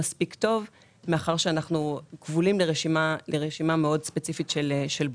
מאחר ואנחנו כבולים ברשימה מאוד ספציפית של בורסות.